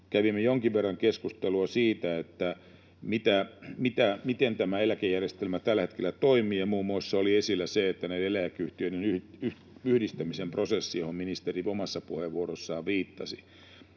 Kävimme jonkin verran keskustelua siitä, miten tämä eläkejärjestelmä tällä hetkellä toimii, ja muun muassa esillä oli näiden eläkeyhtiöiden yhdistämisen prosessi, johon ministeri omassa puheenvuorossaan viittasi.